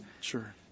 Sure